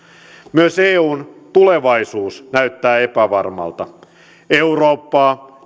myös eun tulevaisuus näyttää epävarmalta eurooppaa